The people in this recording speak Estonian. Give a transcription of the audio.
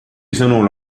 sõnul